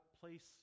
place